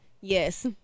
yes